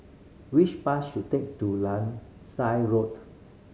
which bus should take to Langsat Road